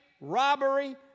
robbery